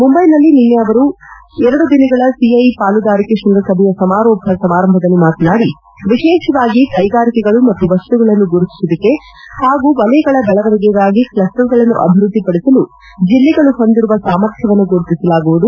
ಮುಂಬ್ನೆನಲ್ಲಿ ನಿನ್ತೆ ಅವರು ಎರಡು ದಿನಗಳ ಸಿಐಐ ಪಾಲುದಾರಿಕೆ ಶ್ವಂಗಸಭೆಯ ಸಮಾರೋಪ ಸಮಾರಂಭದಲ್ಲಿ ಮಾತನಾದಿ ವಿಶೇಷವಾಗಿ ಕ್ಶೆಗಾರಿಕೆಗಳು ಮತ್ತು ವಸ್ತುಗಳನ್ನು ಗುರುತಿಸುವಿಕೆ ಹಾಗೂ ವಲಯಗಳ ಬೆಳವಣೆಗೆಗಾಗಿ ಕ್ಷಸ್ವರ್ಗಳನ್ನು ಅಭಿವೃದ್ದಿಪಡಿಸಲು ಜಿಲ್ಲೆಗಳು ಹೊಂದಿರುವ ಸಾಮರ್ಥ್ಯವನ್ನು ಗುರುತಿಸಲಾಗುವುದು